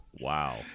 wow